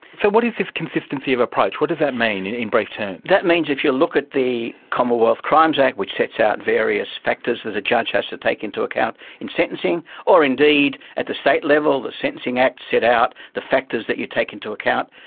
so what is this consistency of approach, what does that mean in brief terms? that means if you look at the commonwealth crimes act which sets out various factors that a judge has to take into account in sentencing, or indeed at the state level the sentencing act set out the factors that you take into account,